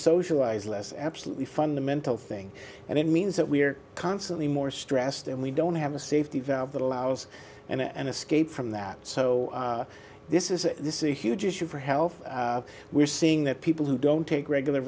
socialize less absolutely fundamental thing and it means that we're constantly more stressed and we don't have a safety valve that allows and an escape from that so this is this is a huge issue for health we're seeing that people who don't take regular